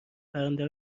پرنده